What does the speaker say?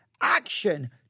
action